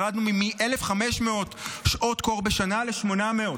ירדנו מ-1,500 שעות קור בשנה ל-800,